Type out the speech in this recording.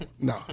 no